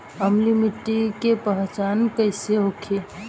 अम्लीय मिट्टी के पहचान कइसे होखे?